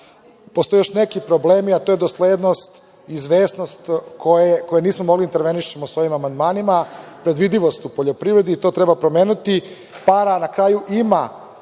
postoje još neki problemi, a to je doslednost i izvesnost kojim nismo mogli da intervenišemo sa ovim amandmanima, predvidivost u poljoprivredi i to treba pomenuti. Para na kraju ima.